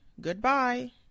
goodbye